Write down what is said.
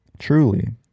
Truly